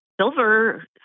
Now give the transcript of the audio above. silver